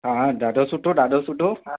हा ॾाढो सुठो ॾाढो सुठो